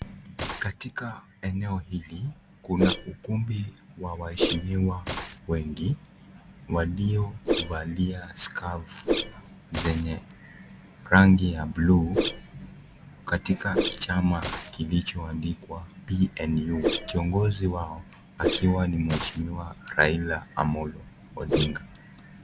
Katika eneo hili kuna kundi wa waheshimiwa wengi waliovalia skafu zenye rangi ya buluu katika chama kilichoandikwa PNU, kiongozi wao ikiwa ni mheshimiwa Raila Amolo Odinga.